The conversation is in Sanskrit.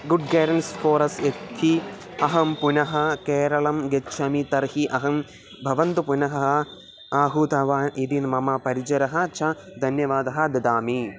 गुड् गेरन्स् फ़ोरस् इति अहं पुनः केरळं गच्छामि तर्हि अहं भवन्तु पुनः आहूतवान् इति मम परिचारं च धन्यवादः ददामि